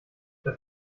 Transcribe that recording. das